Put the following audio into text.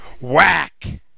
Whack